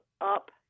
up